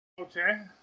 okay